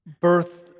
birth